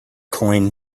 coin